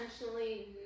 intentionally